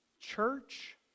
church